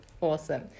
Awesome